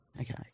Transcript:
Okay